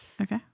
Okay